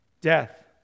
Death